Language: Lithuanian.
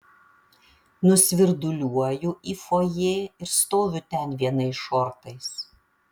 nusvirduliuoju į fojė ir stoviu ten vienais šortais